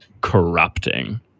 corrupting